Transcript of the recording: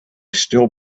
still